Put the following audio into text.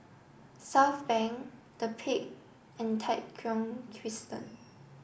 Southbank The Peak and Tai Thong Crescent